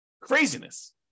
Craziness